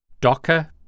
docker